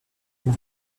une